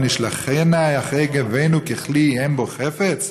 הנשליכנה אחרי גוונו ככלי אין חפץ בו?"